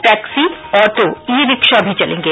taxi auto e rickshaw भी चलेंगे